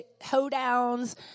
hoedowns